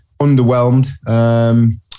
underwhelmed